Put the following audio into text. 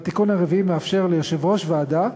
והתיקון הרביעי מאפשר ליושב-ראש ועדה,